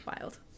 Wild